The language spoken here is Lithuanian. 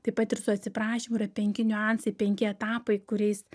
taip pat ir su atsiprašymu yra penki niuansai penki etapai kuriais